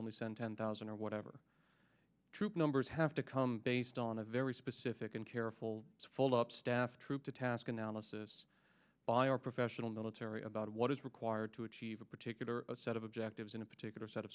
only send ten thousand or whatever troop numbers have to come based on a very specific and careful fold up staff troop to task analysis by our professional military about what is required to achieve a particular set of objectives in a particular set of